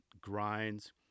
grinds